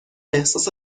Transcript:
احساس